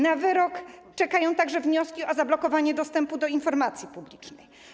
Na wyrok czekają także wnioski o zablokowanie dostępu do informacji publicznej.